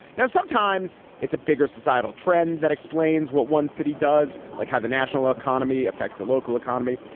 now, sometimes it's a bigger societal trend that explains what one city does. like how the national economy affects the local economy.